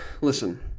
listen